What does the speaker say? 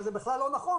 וזה בכלל לא נכון.